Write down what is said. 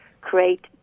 create